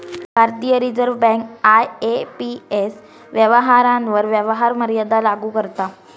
भारतीय Reserve Bank IMPS व्यवहारांवर व्यवहार मर्यादा लागू करता